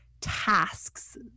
Tasks